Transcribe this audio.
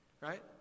right